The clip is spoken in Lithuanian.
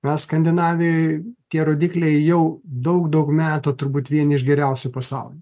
na skandinavijoj tie rodikliai jau daug daug metų turbūt vieni iš geriausių pasauly